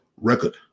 record